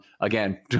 again